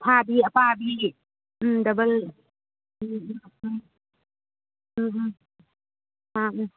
ꯑꯊꯥꯕꯤ ꯑꯄꯥꯕꯤ ꯎꯝ ꯗꯕꯜ ꯎꯝ ꯎꯝ ꯎꯝ ꯎꯝ ꯎꯝ ꯑꯥ ꯎꯝ